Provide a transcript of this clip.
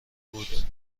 بود